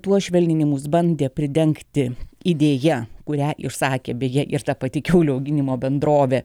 tuos švelninimus bandė pridengti idėja kurią išsakė beje ir ta pati kiaulių auginimo bendrovė